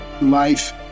Life